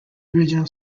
original